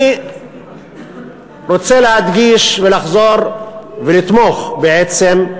אני רוצה להדגיש, ולחזור ולתמוך, בעצם,